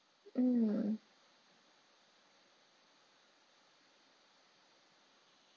mm